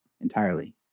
entirely